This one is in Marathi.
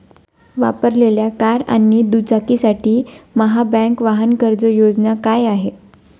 वापरलेल्या कार आणि दुचाकीसाठी महाबँक वाहन कर्ज योजना काय आहे?